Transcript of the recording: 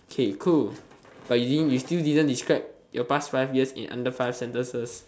okay cool but you think you still didn't describe your past five years in under five sentences